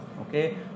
Okay